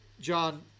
John